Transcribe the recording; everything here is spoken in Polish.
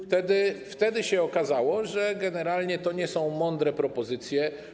Wtedy się okazało, że generalnie to nie są mądre propozycje.